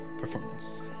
Performance